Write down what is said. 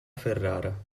ferrara